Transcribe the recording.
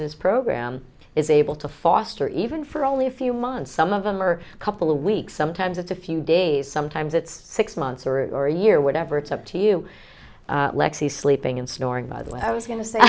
this program is able to foster even for only a few months some of them are a couple a week sometimes it's a few days sometimes it's six months or a year whatever it's up to you lexi sleeping and snoring by the way i was go